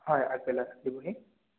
হয় আগবেলা দিবহি